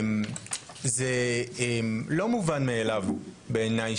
זה לא מובן מאליו בעיני,